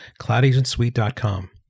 cloudagentsuite.com